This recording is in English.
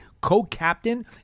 co-captain